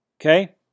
okay